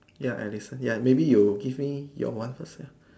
ya Alison ya maybe you give me your one first ya